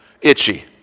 itchy